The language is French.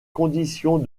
conditions